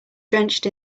drenched